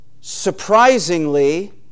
surprisingly